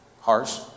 Harsh